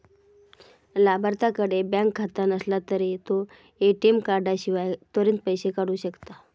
लाभार्थ्याकडे बँक खाता नसला तरी तो ए.टी.एम कार्डाशिवाय त्वरित पैसो काढू शकता